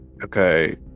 Okay